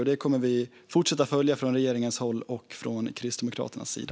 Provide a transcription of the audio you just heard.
Detta kommer vi att fortsätta att följa från regeringens och Kristdemokraternas sida.